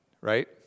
right